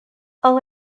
all